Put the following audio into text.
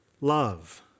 love